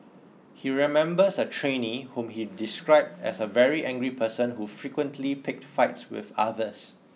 he remembers a trainee whom he described as a very angry person who frequently picked fights with others